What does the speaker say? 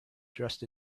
dressed